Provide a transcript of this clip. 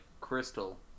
crystal